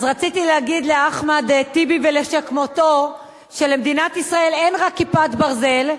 אז רציתי להגיד לאחמד טיבי ולשכמותו שלמדינת ישראל אין רק "כיפת ברזל",